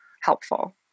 helpful